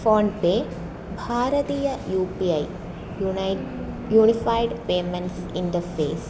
PhonePe भारतीया U P I युणै unified payments interface